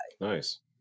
Nice